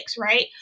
Right